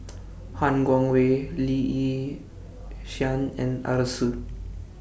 Han Guangwei Lee Yi Shyan and Arasu